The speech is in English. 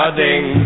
ding